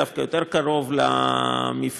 דווקא יותר קרוב למפרץ,